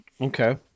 Okay